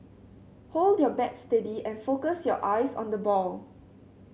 hold your bat steady and focus your eyes on the ball